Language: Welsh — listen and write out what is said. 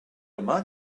yma